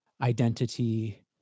identity